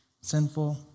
sinful